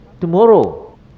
tomorrow